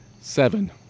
Seven